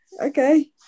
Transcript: okay